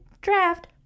draft